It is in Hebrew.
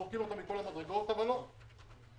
אי אפשר שמדינת ישראל תפקיע